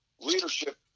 leadership